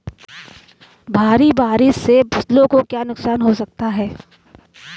भारी बारिश से फसलों को क्या नुकसान हो सकता है?